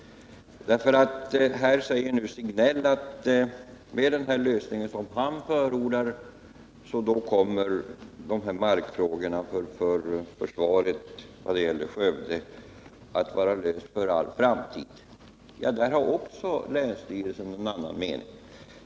Han säger att med den lösning han förordar kommer markfrågorna för försvaret i vad gäller Skövde att vara lösta för all framtid. Där har också länsstyrelsen en annan mening.